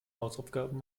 hausaufgaben